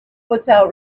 without